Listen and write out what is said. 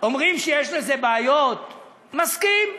אומרים שיש בזה בעיות, מסכים.